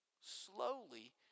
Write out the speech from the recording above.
slowly